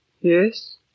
Yes